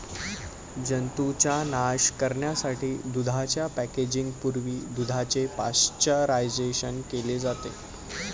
जंतूंचा नाश करण्यासाठी दुधाच्या पॅकेजिंग पूर्वी दुधाचे पाश्चरायझेशन केले जाते